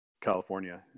California